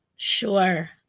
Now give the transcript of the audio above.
Sure